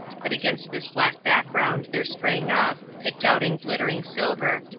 but against this black background there sprang up, picked out in glittering silver,